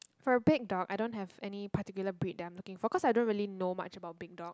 for a big dog I don't have any particular breed that I'm looking for cause I don't really know much about big dog